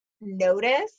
notice